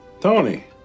Tony